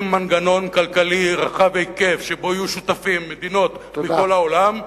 עם מנגנון כלכלי רחב היקף שבו יהיו שותפות מדינות מכל העולם,